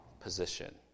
position